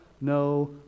no